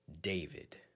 David